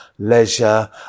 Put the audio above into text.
leisure